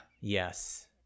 Yes